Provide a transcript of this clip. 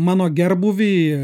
mano gerbūvį